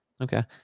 Okay